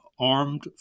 Armed